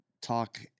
talk